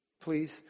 please